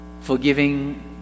Forgiving